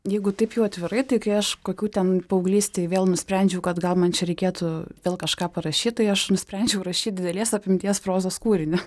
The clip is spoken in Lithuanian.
jeigu taip jau atvirai tai kai kažkokių ten paauglystėj vėl nusprendžiau kad gal man čia reikėtų vėl kažką parašyt tai aš nusprendžiau rašyti didelės apimties prozos kūrinį